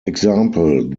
example